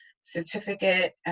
certificate